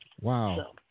Wow